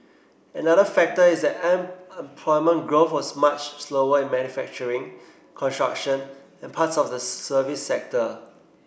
another factor is that employment growth was much slower in manufacturing construction and parts of the service sector